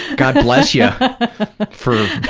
god bless ya for